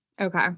Okay